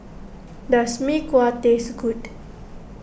does Mee Kuah taste good